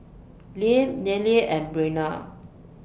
Lyle Nealie and Brenna